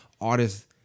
artists